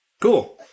Cool